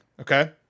Okay